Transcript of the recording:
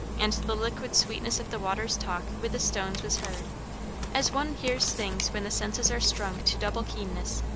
and the liquid sweetness of the water's talk with the stones was heard as one hears things when the senses are strung to double keenness.